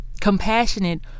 compassionate